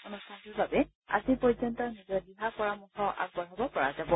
অনুষ্ঠানটিৰ বাবে আজি পৰ্যন্ত নিজৰ দিহা পৰামৰ্শ আগবঢ়াব পৰা যাব